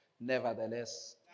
nevertheless